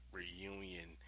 reunion